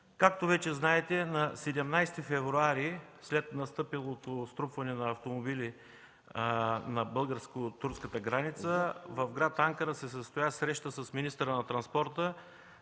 както вече знаете, на 17 февруари, след настъпилото струпване на автомобили на българо-турската граница, в гр. Анкара се състоя среща с министъра на транспорта,